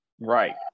Right